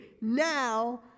now